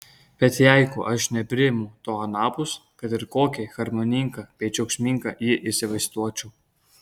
bet jeigu aš nepriimu to anapus kad ir kokį harmoningą bei džiaugsmingą jį įsivaizduočiau